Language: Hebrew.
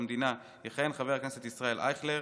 המדינה יכהן חבר הכנסת ישראל אייכלר,